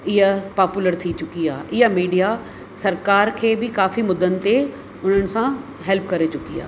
इहा पॉपुलर थी चुकी आहे इहा मीडिया सरकार खे बि काफी मुदनि ते उन्हनि सां हैल्प करे चुकी आहे